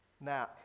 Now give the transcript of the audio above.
Now